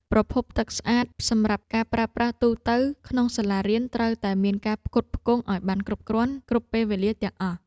ប្រភពទឹកស្អាតសម្រាប់ការប្រើប្រាស់ទូទៅក្នុងសាលារៀនត្រូវតែមានការផ្គត់ផ្គង់ឱ្យបានគ្រប់គ្រាន់ គ្រប់ពេលវេលាទាំងអស់។